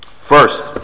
first